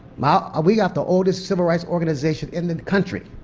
ah we have the oldest civil rights organization in the country.